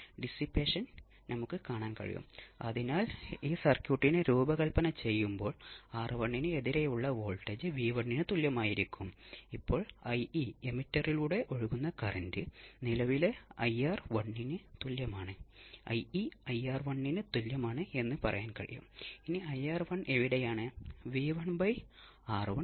പൊതുവേ phi യെ സർക്യൂട്ടിന്റെ ഫേസ് ആംഗിൾ എന്ന് വിളിക്കുന്നു ഇത് തിരഞ്ഞെടുത്ത ആർ സി എന്നിവയെ ആശ്രയിച്ചിരിക്കുന്നു